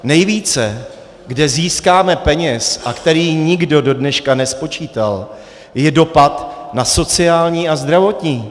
Nejvíce, kde získáme peněz a které nikdo do dneška nespočítal, je dopad na sociální a zdravotní.